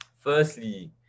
firstly